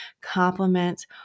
compliments